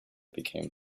became